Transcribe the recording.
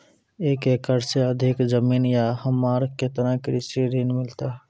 एक एकरऽ से अधिक जमीन या हमरा केतना कृषि ऋण मिलते?